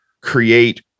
create